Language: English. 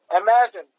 Imagine